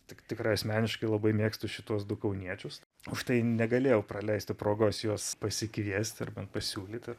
tik tikrai asmeniškai labai mėgstu šituos du kauniečius užtai negalėjau praleisti progos juos pasikviest ar bent pasiūlyti